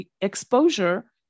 exposure